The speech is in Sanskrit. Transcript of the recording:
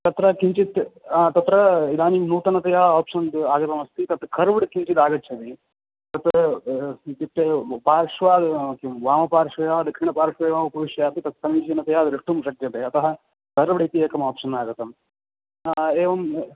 तत्र किञ्चित् तत्र इदानीं नूतनतया ओप्शन् आगतमस्ति तत् कर्व्ड् किञ्चित् आगच्छति तत् इत्युक्तौ पार्श्वाद् किं वामपार्श्वे वा दक्षिणपार्श्वे वा उपविश्यापि तत् समीचीनतया द्रष्टुं शक्यते अतः कर्व्ड् इति एकम् ओप्शन् आगतं एवम्